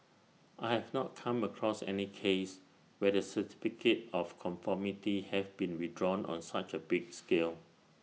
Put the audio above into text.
I have not come across any case where the certificate of conformity have been withdrawn on such A big scale